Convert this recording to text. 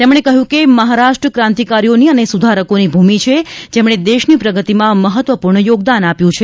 તેમણે કહ્યું કે મહારાષ્ટ્ર કાંતિકારીઓની અને સુધારકોની ભૂમિ છે જેમણે દેશની પ્રગતિમાં મહત્વપૂર્ણ યોગદાન આપ્યું છે